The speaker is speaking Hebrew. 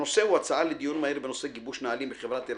הנושא הוא הצעה לדיון מהיר בנושא: גיבוש נהלים בחברת אל